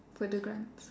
further grants